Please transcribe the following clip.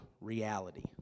reality